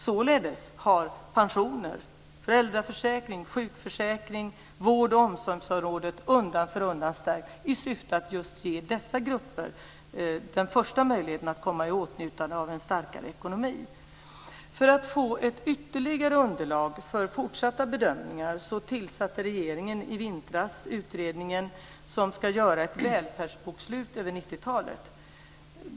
Således har pensioner, föräldraförsäkring, sjukförsäkring, vård och omsorgsområdet undan för undan stärkts i syfte att ge just dessa grupper den första möjligheten att komma i åtnjutande av en starkare ekonomi. För att få ett ytterligare underlag för fortsatta bedömningar tillsatte regeringen i vintras den utredning som ska göra ett välfärdsbokslut över 90-talet.